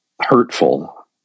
hurtful